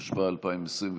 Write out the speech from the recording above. התשפ"א 2021,